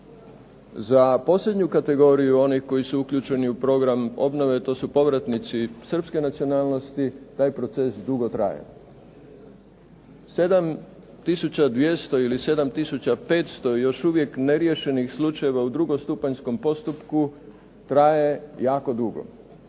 za posljednju kategoriju onih koji su uključeni u program obnove, a to su povratnici srpske nacionalnosti, taj proces dugo traje. 7 200 ili 7 500 još uvijek neriješenih slučajeva u drugostupanjskom postupku traje jako dugo.